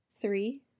three-